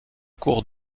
cours